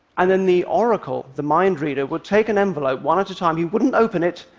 and then the oracle, the mind reader, would take an envelope one at a time, he wouldn't open it,